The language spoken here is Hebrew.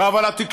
קרב על התקשורת,